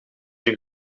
een